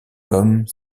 comme